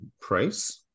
price